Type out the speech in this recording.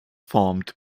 formed